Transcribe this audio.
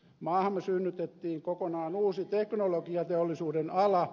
maahamme synnytettiin kokonaan uusi teknologiateollisuuden ala